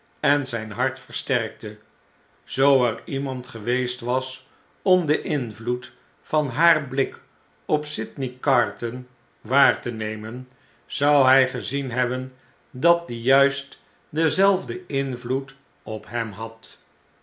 en zjn hart versterkte zoo er iemand geweest was om den invloed van haar blik op sydney carton waar te nemen zouhjj gezien hebben dat die juist denzelfden invloed op hem had